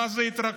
הם מה זה התרגשו.